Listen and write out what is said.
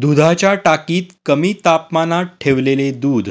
दुधाच्या टाकीत कमी तापमानात ठेवलेले दूध